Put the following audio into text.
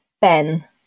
Ben